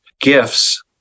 gifts